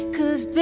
Cause